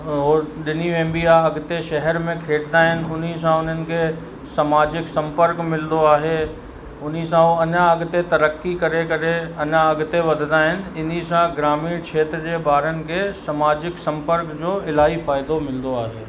उहो ॾिनी वेंदी आहे अॻिते शहर में खेॾंदा आहिनि उन सां उन्हनि खे सामाजिक संपर्क मिलंदो आहे उन सां उहो अञा अॻिते तरक़ी करे करे अञा अॻिते वधंदा आहिनि इन सां ग्रामीण खेत्र जे ॿारनि खे समाजिक संपर्क जो इलाही फ़ाइदो मिलंदो आहे